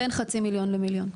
בין חצי מיליון למיליון.